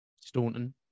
Staunton